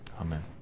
Amen